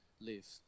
live